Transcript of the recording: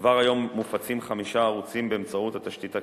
כבר היום מופצים חמישה ערוצים באמצעות התשתית הקיימת,